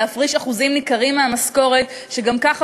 נפריש אחוזים ניכרים מהמשכורת שגם ככה